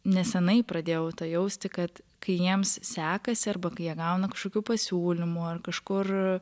nesenai pradėjau jausti kad kai jiems sekasi arba kai jie gauna kažkokių pasiūlymų ar kažkur